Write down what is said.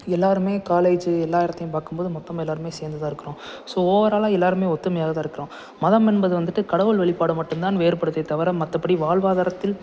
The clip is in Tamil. எல்லாருமே காலேஜ் எல்லா இடத்தையும் பார்க்கும்போது மொத்தமாக எல்லாருமே சேர்ந்துதான் இருக்கிறோம் ஸோ ஓவராலாக எல்லாருமே ஒத்துமையாகதான் இருக்கிறோம் மதம் என்பது வந்துட்டு கடவுள் வழிபாடு மட்டுந்தான் வேறுபடுதே தவிர மற்றபடி வாழ்வாதாரத்தில்